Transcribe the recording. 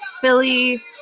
Philly